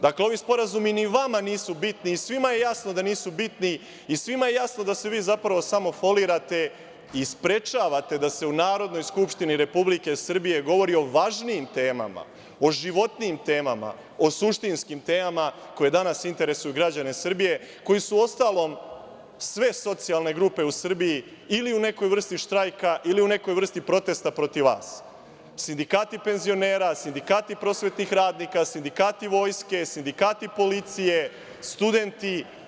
Dakle, ovi sporazumi ni vama nisu bitni i svima je jasno da nisu bitni i svima je jasno da se vi zapravo samo folirate i sprečavate da se u Narodnoj skupštini Republike Srbije govori o važnijim temama, o životnijim temama, o suštinskim temama koje danas interesuju građane Srbije, koje su uostalom sve socijalne grupe u Srbiji ili u nekoj vrsti štrajka ili u nekoj vrsti protesta protiv vas: sindikati penzionera, sindikati prosvetnih radnika, sindikati vojske, sindikati policije, studenti.